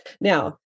Now